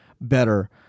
better